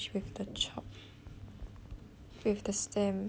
with the stamp